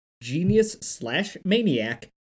genius-slash-maniac